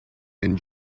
and